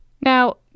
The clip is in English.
Now